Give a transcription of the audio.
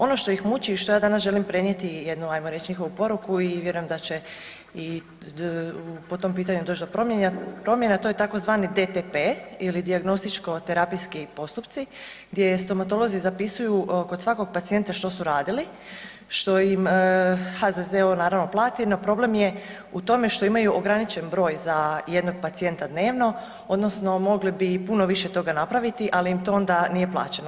Ono što ih muči i što ja danas želim prenijeti jednu ajmo reći njihovu poruku i vjerujem da će po tom pitanju doći do promjena, to je tzv. DTP ili dijagnostičko-terapijski postupci gdje stomatolozi zapisuju kod svakog pacijenta što su radili što im HZZO plati, no problem je u tome što imaju ograničen broj za jednog pacijenta dnevno odnosno mogli bi puno više toga napraviti, ali im to onda nije plaćeno.